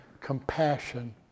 compassion